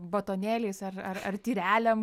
batonėliais ar ar ar tyrelėm